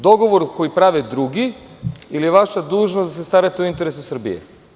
Dogovor koji prave drugi ili vaša dužnost da se starate o interesima Srbije?